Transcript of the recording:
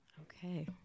Okay